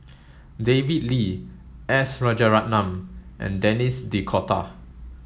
David Lee S Rajaratnam and Denis D'Cotta